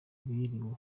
biriwe